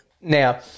Now